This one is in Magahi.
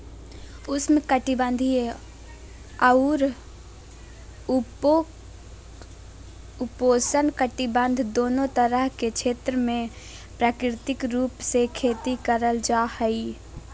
उष्ण कटिबंधीय अउर उपोष्णकटिबंध दोनो तरह के क्षेत्र मे प्राकृतिक रूप से खेती करल जा हई